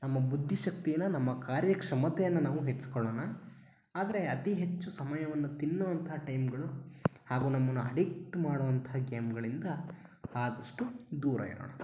ನಮ್ಮ ಬುದ್ಧಿಶಕ್ತಿಯನ್ನು ನಮ್ಮ ಕಾರ್ಯಕ್ಷಮತೆಯನ್ನು ನಾವು ಹೆಚ್ಚಿಸ್ಕೊಳ್ಳೋಣ ಆದರೆ ಅತೀ ಹೆಚ್ಚು ಸಮಯವನ್ನು ತಿನ್ನುವಂತಹ ಟೈಮ್ಗಳು ಹಾಗೂ ನಮ್ಮನ್ನು ಅಡಿಕ್ಟ್ ಮಾಡುವಂತಹ ಗೇಮ್ಗಳಿಂದ ಆದಷ್ಟು ದೂರ ಇರೋಣ